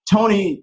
Tony